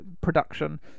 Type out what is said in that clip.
production